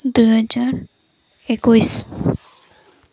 ଦୁଇହଜାର ଏକୋଇଶ